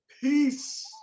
Peace